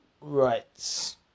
right